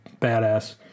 badass